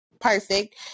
perfect